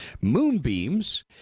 moonbeams